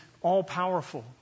all-powerful